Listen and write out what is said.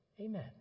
Amen